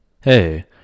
Hey